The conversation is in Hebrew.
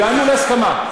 הגענו להסכמה.